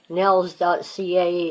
nels.ca